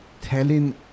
telling